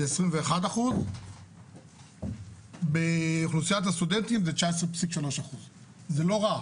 21%. באוכלוסיית הסטודנטים זה 19.3%. זה לא רע.